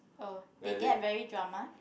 oh they get very drama